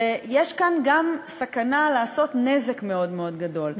ויש כאן גם סכנה של לעשות נזק מאוד מאוד גדול.